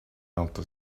outer